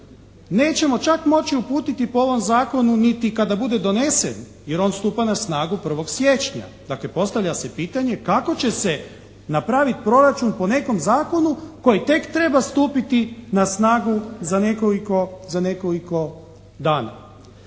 Nećemo čak moći uputiti po ovom zakonu niti kada bude donesen jer on stupa na snagu 1. siječnja. Dakle, postavlja se pitanje kako će se napraviti proračun po nekom zakonu koji tek treba stupiti na snagu za nekoliko dana.